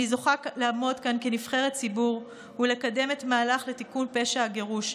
אני זוכה לעמוד כאן כנבחרת ציבור ולקדם את המהלך לתיקון פשע הגירוש.